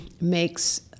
makes